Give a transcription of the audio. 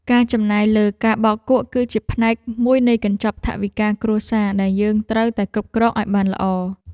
ការចំណាយលើការបោកគក់ គឺជាផ្នែកមួយនៃកញ្ចប់ថវិកាគ្រួសារដែលយើងត្រូវតែគ្រប់គ្រងឱ្យបានល្អ។